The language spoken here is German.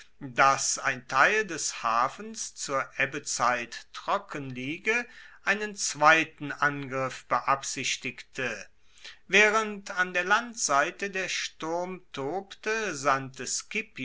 dass ein teil des hafens zur ebbezeit trocken liege einen zweiten angriff beabsichtigte waehrend an der landseite der sturm tobte sandte scipio